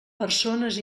persones